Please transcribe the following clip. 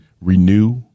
renew